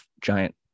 giant